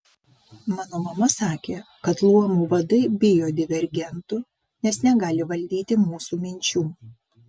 mano mama sakė kad luomų vadai bijo divergentų nes negali valdyti mūsų minčių